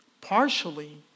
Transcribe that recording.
partially